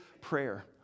prayer